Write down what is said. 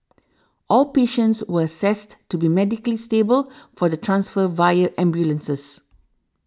all patients were assessed to be medically stable for the transfer via ambulances